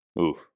Oof